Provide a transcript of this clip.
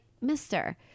mister